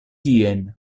tien